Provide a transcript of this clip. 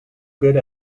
good